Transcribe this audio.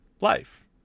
Life